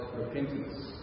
repentance